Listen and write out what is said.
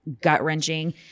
gut-wrenching